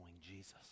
Jesus